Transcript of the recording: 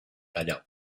callao